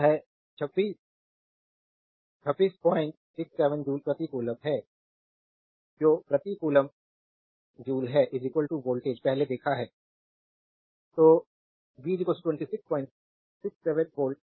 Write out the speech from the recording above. slide time देखें 3356 तो यह 2667 जूल प्रति कूलम्ब है जो प्रति कूलम्ब जूल है वोल्टेज पहले देखा है तो v 2667 वोल्ट